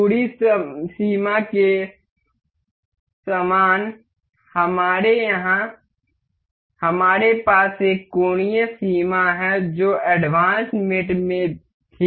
दूरी सीमा के समान हमारे यहां हमारे पास एक कोणीय सीमा है जो एडवांस्ड मेट में भी है